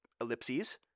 ellipses